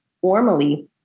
formally